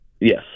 Yes